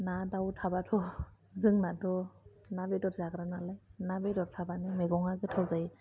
ना दाउ थाबाथ' जोंनाथ' ना बेदर जाग्रानालाय ना बेदर थाबानो मैगंआ गोथाव जायो